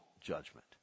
judgment